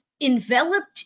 enveloped